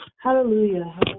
Hallelujah